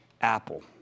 Apple